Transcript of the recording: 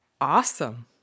Awesome